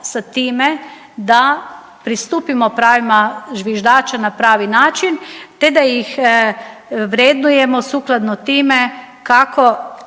sa time da pristupimo pravima zviždača na pravi način te da ih vrednujemo sukladno time kako